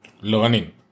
learning